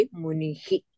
munihi